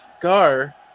Gar